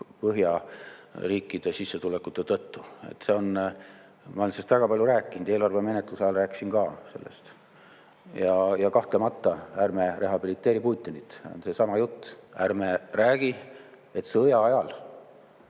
Põhja riikide sissetulekute tõttu. Ma olen sellest väga palju rääkinud, eelarve menetluse ajal rääkisin ka sellest. Ja kahtlemata, ärme rehabiliteerime Putinit. See on seesama jutt. Ärme räägime, et sõja ajal